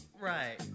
Right